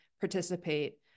participate